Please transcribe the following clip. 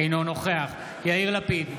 אינו נוכח יאיר לפיד,